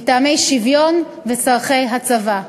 מטעמי שוויון וצורכי הצבא.